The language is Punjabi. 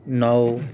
ਨੌਂ